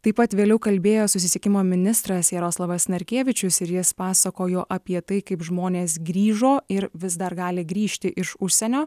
taip pat vėliau kalbėjo susisiekimo ministras jaroslavas narkėvičius ir jis pasakojo apie tai kaip žmonės grįžo ir vis dar gali grįžti iš užsienio